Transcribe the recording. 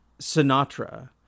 Sinatra